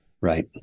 Right